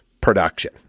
production